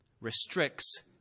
restricts